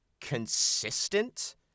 consistent